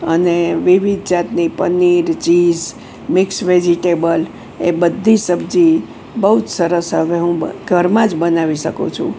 અને વિવિધ જાતની પનીર ચીઝ મિક્સ વેજીટેબલ એ બધી જ સબજી બહુ જ સરસ હવે હું ઘરમાં જ બનાવી શકું છું